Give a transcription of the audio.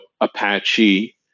apache